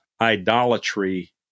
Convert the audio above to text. idolatry